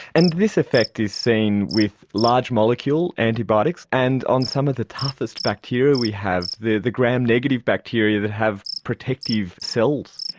and this effect is seen with large-molecule antibiotics and on some of the toughest bacteria we have, the the gram-negative bacteria that have protective cells.